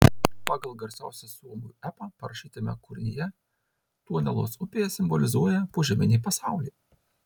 pagal garsiausią suomių epą parašytame kūrinyje tuonelos upė simbolizuoja požeminį pasaulį